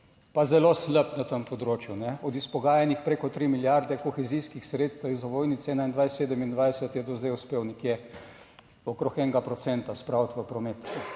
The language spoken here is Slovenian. pa zelo slab na tem področju. Od izpogajanih preko tri milijarde kohezijskih sredstev iz ovojnice 2021-2027, je do zdaj uspel nekje okrog enega procenta